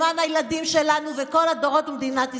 למען הילדים שלנו וכל הדורות במדינת ישראל.